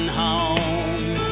home